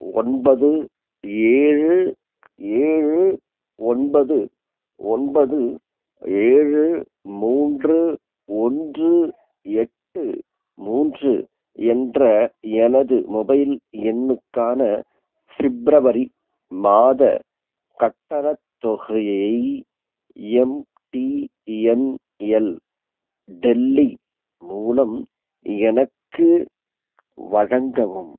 ஒன்பது ஏழு ஏழு ஒன்பது ஒன்பது ஏழு மூன்று ஒன்று எட்டு மூன்று என்ற எனது மொபைல் எண்ணுக்கான ஃபிப்ரவரி மாதக் கட்டணத் தொகையை எம்டிஎன்எல் டெல்லி மூலம் எனக்கு வழங்கவும்